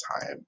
time